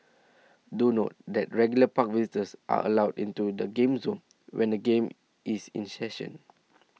do note that regular park visitors are allowed into the game zone when a game is in session